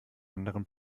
anderen